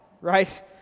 right